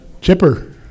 Chipper